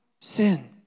sin